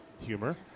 humor